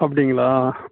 அப்படிங்களா